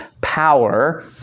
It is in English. power